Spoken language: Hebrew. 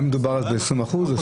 אז דובר על 20%?